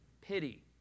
pity